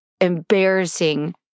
embarrassing